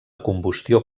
combustió